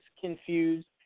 confused